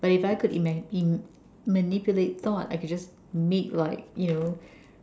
but if I could ima~ manipulate thought I could just make like you know